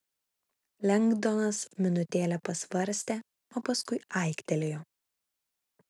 lengdonas minutėlę pasvarstė o paskui aiktelėjo